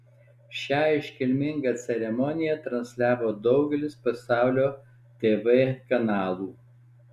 šią iškilmingą ceremoniją transliavo daugelis pasaulio tv kanalų